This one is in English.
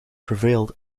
prevailed